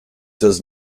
does